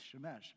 Shemesh